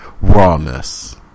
rawness